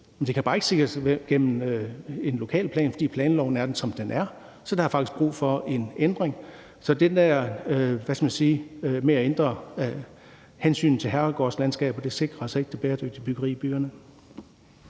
det kan bare ikke sikres gennem en lokalplan, fordi planloven er, som den er. Så der er faktisk brug for en ændring. Så det der med at ændre hensynet til herregårdslandskaber sikrer altså ikke det bæredygtige byggeri i byerne.